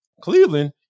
cleveland